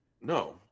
No